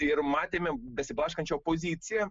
ir matėme besiblaškančią poziciją